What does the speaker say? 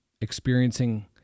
experiencing